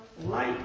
light